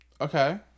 Okay